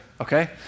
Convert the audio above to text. okay